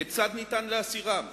וכיצד ניתן להסירם?